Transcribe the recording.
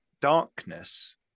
darkness